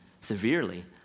severely